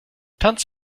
tanz